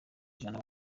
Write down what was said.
ijana